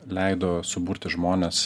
leido suburti žmones